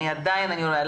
עדיין אני אומרת,